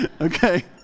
Okay